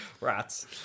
Rats